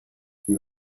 you